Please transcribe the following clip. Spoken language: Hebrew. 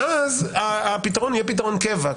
ואז הפתרון יהיה פתרון קבע.